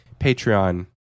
patreon